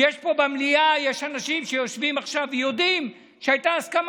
יש פה במליאה אנשים שיושבים עכשיו ויודעים שהייתה הסכמה.